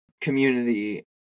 community